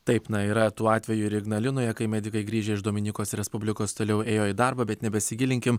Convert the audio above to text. taip yra tų atveju ir ignalinoje kai medikai grįžę iš dominikos respublikos toliau ėjo į darbą bet nebesigilinkim